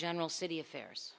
general city affairs